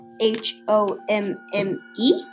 H-O-M-M-E